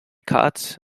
cats